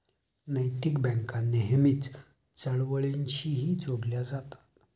नैतिक बँका नेहमीच चळवळींशीही जोडल्या जातात